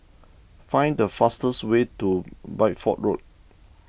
find the fastest way to Bideford Road